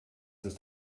ist